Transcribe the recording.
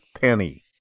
penny